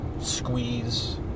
squeeze